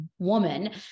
Woman